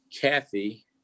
Kathy